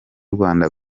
rwanda